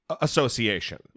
Association